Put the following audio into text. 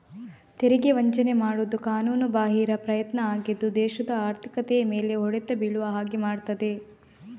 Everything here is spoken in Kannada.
ತೆರಿಗೆ ವಂಚನೆ ಮಾಡುದು ಕಾನೂನುಬಾಹಿರ ಪ್ರಯತ್ನ ಆಗಿದ್ದು ದೇಶದ ಆರ್ಥಿಕತೆಯ ಮೇಲೆ ಹೊಡೆತ ಬೀಳುವ ಹಾಗೆ ಮಾಡ್ತದೆ